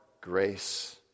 grace